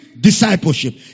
discipleship